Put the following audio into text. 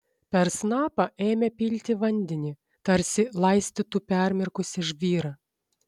per snapą ėmė pilti vandenį tarsi laistytų permirkusį žvyrą